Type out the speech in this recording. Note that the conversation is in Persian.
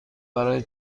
برای